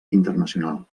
internacional